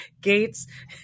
Gates